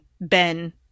Ben